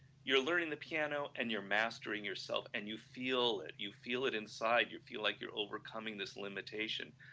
you are learning the piano and you are mastering yourself and you feel that, you feel it inside, you feel like you are overcoming this limitation,